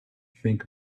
think